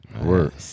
Work